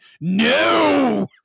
No